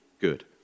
good